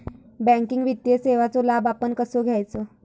Banking वित्तीय सेवाचो लाभ आपण कसो घेयाचो?